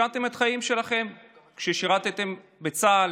סיכנתם את החיים שלכם כששירתם בצה"ל.